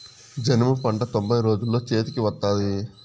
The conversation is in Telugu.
జనుము పంట తొంభై రోజుల్లో చేతికి వత్తాది